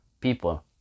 people